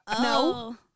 No